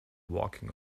walking